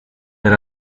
per